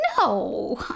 No